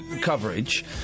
coverage